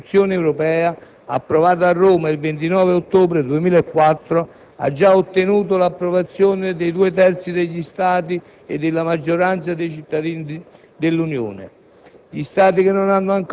che istituisce la Costituzione Europea, approvato a Roma il 29 ottobre 2004, ha già ottenuto l'approvazione dei due terzi degli Stati e della maggioranza dei cittadini dell'Unione.